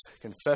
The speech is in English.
confess